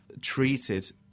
treated